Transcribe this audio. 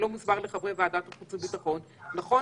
מוסבר לחברי ועדת החוץ והביטחון נכון